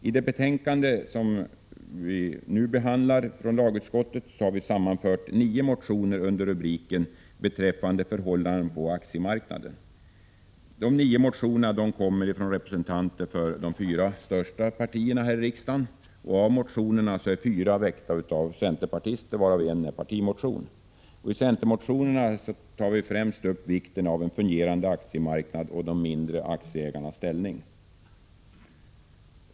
I det betänkande från lagutskottet som vi nu behandlar har sammanförts nio motioner under rubriken Förhållandena på aktiemarknaden. De nio motionerna kommer från representanter för de fyra största partierna i riksdagen. Av motionerna har fyra väckts av centerpartister, och därav är en partimotion. I centermotionerna tas främst upp vikten av en fungerande aktiemarknad och de mindre aktieägarnas ställning.